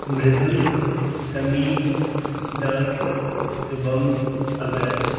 मृदुल समी दक्ष शुभम अग्रज